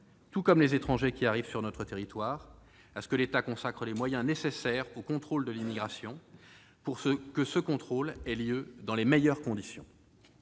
tout comme les étrangers qui arrivent sur notre territoire, à ce que l'État consacre les moyens nécessaires au contrôle de l'immigration, pour que celui-ci se fasse dans les meilleures conditions.